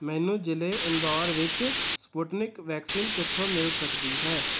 ਮੈਨੂੰ ਜ਼ਿਲ੍ਹੇ ਇੰਦੌਰ ਵਿੱਚ ਸਪੁਟਨਿਕ ਵੈਕਸੀਨ ਕਿੱਥੋਂ ਮਿਲ ਸਕਦੀ ਹੈ